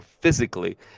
physically